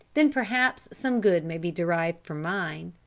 then perhaps some good may be derived from mine.